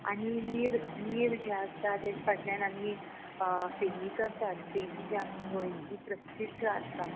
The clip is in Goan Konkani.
आनी नीर नीर जें आसता तेजे फाटल्यान आमी फेनी करतात फेनी जी आमची गोंयची प्रसिद्द आसता